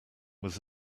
was